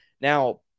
Now